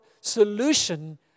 solution